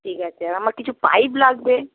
ঠিক আছে আর আমার কিছু পাইপ লাগবে